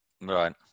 Right